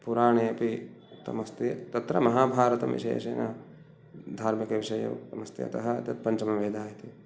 पुराणे अपि उक्तम् अस्ति तत्र महाभारतं विशेषेण धार्मिकविषयम् अस्ति अतः तत् पञ्चमवेदः इति